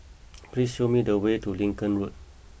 please show me the way to Lincoln Road